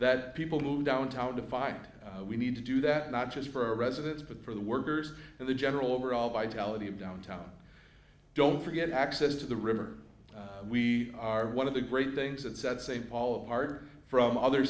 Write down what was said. that people who downtown to find we need to do that not just for residents but for the workers and the general overall vitality of downtown don't forget access to the river we are one of the great things that said st paul apart from other